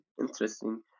interesting